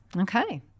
okay